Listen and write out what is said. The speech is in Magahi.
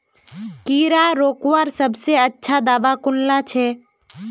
कीड़ा रोकवार सबसे अच्छा दाबा कुनला छे?